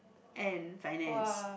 and finance